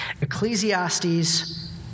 Ecclesiastes